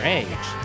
age